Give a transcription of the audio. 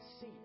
see